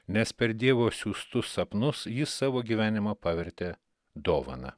nes per dievo siųstus sapnus jis savo gyvenimą pavertė dovana